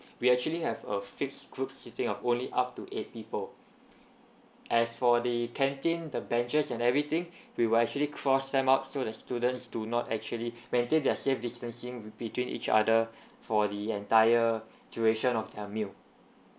we actually have a fixed group seating of only up to eight people as for the canteen the benches and everything we will actually cross them out so the students do not actually maintain their safe distancing repeating each other for the entire duration of their meal